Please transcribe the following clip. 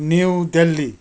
new Delhi